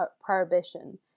prohibition